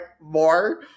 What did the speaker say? more